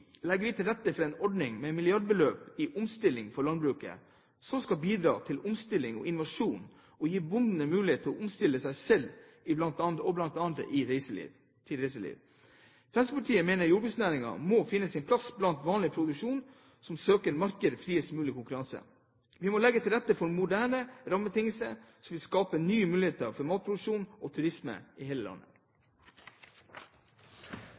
legger vi til rette for en ordning med et milliardbeløp i omstillingsstøtte for landbruket, som skal bidra til omstilling og innovasjon, og som vil gi bonden en mulighet til å omstille seg til bl.a. reiseliv. Fremskrittspartiet mener at jordbruksnæringen må finne sin plass blant vanlig produksjon som søker et marked i friest mulig konkurranse. Vi må legge til rette for moderne rammebetingelser som vil skape nye muligheter for matproduksjon og turisme i hele landet.